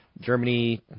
Germany